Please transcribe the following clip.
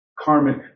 karmic